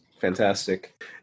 fantastic